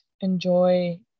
enjoy